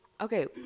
okay